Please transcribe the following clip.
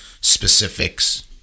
specifics